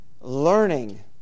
learning